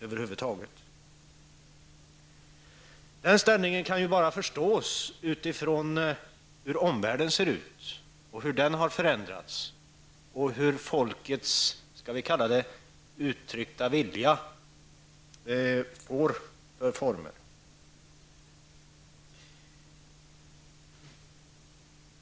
Vilken ställning försvaret har kan bara förstås utifrån hur omvärlden ser ut, hur den har förändrats och vilken form folkets uttryckta vilja får.